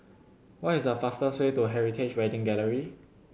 what is the fastest way to Heritage Wedding Gallery